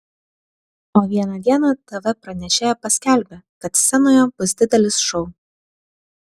o vieną dieną tv pranešėja paskelbė kad scenoje bus didelis šou